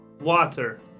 water